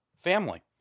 family